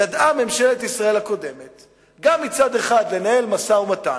ידעה ממשלת ישראל הקודמת גם מצד אחד לנהל משא-ומתן,